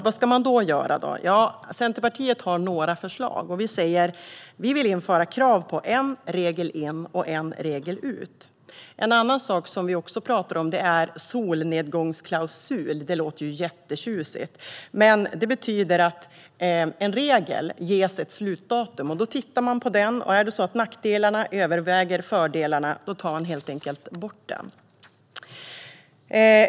Vad ska man då göra? Centerpartiet har några förslag. Vi vill införa krav på en regel in och en regel ut. En annan sak vi pratar om är solnedgångsklausul. Det låter jättetjusigt. Men det betyder att en regel ges ett slutdatum då man ska titta på regeln. Om nackdelarna överväger fördelarna tar man helt enkelt bort den.